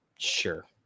sure